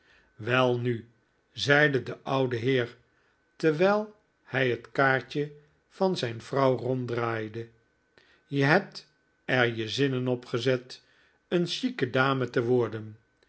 welnu zeide de oude heer terwijl hij het kaartje van zijn vrouw ronddraaide je hebt er je zinnen op gezet een chique dame te worden